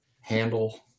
handle